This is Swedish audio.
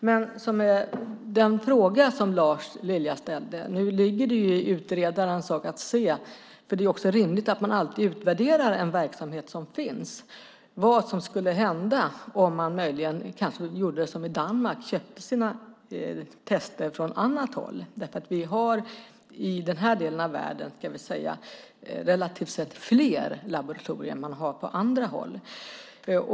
Beträffande den fråga som Lars Lilja ställde ska utredaren se över detta, eftersom det är rimligt att man alltid utvärderar en verksamhet som finns, och se vad som skulle hända om man möjligen gjorde som i Danmark och köpte tester från annat håll. Vi har i denna del av världen relativt sett fler laboratorier än vad man har på andra håll.